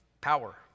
power